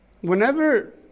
Whenever